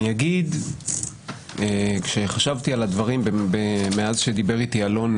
אני אגיד שכשחשבתי על הדברים מאז שדיבר איתי אלון,